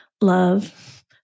love